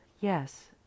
Yes